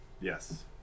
Yes